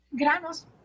granos